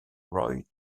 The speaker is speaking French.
roy